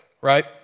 right